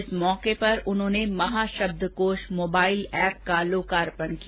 इस मौके पर उन्होंने महाशब्द कोष मोबाइल एप का लोकार्पण किया